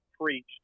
preached